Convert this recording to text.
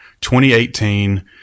2018